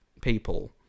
people